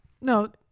No